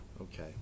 Okay